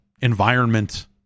environment